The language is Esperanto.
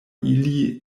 ili